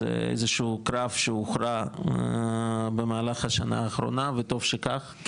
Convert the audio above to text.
זה קרב שהוכרע במהלך השנה האחרונה וטוב שכך,